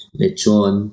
lechon